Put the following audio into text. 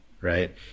right